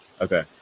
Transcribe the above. Okay